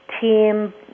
team